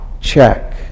check